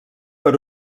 per